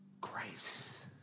grace